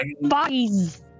bodies